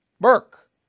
Burke